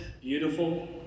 beautiful